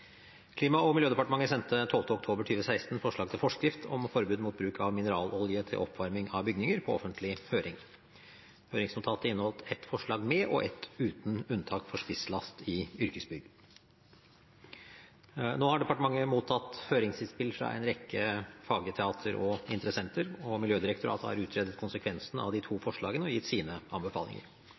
Klima- og miljødepartementet sendte den 12. oktober 2016 ut på offentlig høring et forslag til forskrift om forbud mot bruk av mineralolje til oppvarming av bygninger. Høringsnotatet inneholdt ett forslag med og ett uten unntak for spisslast i yrkesbygg. Nå har departementet mottatt høringsinnspill fra en rekke fagetater og interessenter, og Miljødirektoratet har utredet konsekvensene av de to forslagene og gitt sine anbefalinger.